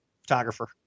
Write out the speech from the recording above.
photographer